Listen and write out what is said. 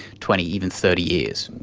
twenty, even thirty years?